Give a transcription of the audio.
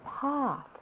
path